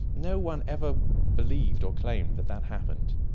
no one ever believed or claimed that that happened,